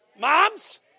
Moms